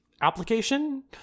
application